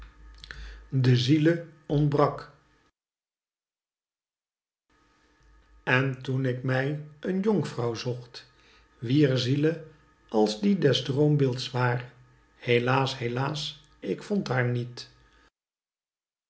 de ziele ontbrak en toen ik mij een jonkvrouw zocht wier ziele als die des droombeelds waar helaas helaas ik vond haar met